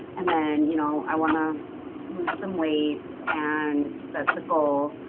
and then, you know, i want to lose some weight and that's a goal